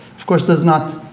of course does not,